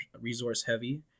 resource-heavy